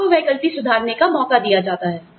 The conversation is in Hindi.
आपको वह गलती सुधारने का मौका दिया जाता है